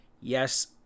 Yes